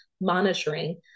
monitoring